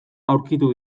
aurkitu